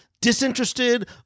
disinterested